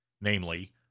namely